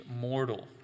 mortal